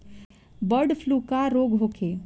Bird flu का रोग होखे?